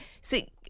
See